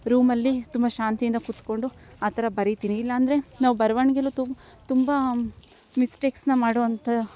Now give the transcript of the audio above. ರೂಮಲ್ಲಿ ತುಂಬ ಶಾಂತಿಯಿಂದ ಕುತ್ಕೊಂಡು ಆಥರ ಬರಿತಿನಿ ಇಲ್ಲಾಂದರೆ ನಾವು ಬರವಣಿಗೆಲು ತುಂಬ ಮಿಸ್ಟೇಕ್ಸ್ನ ಮಾಡೋವಂಥ